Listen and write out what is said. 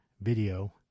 video